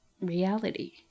reality